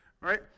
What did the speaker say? Right